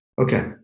Okay